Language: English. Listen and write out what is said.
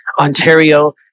Ontario